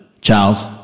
Charles